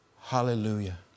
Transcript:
Hallelujah